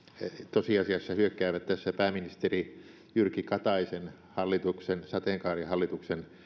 tosiasiassa hyökkäävät tässä pääministeri jyrki kataisen hallituksen sateenkaarihallituksen